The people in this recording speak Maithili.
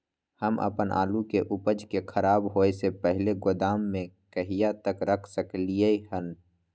हम अपन आलू के उपज के खराब होय से पहिले गोदाम में कहिया तक रख सकलियै हन?